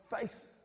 face